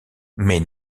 mais